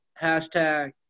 hashtag